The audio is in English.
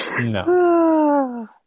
No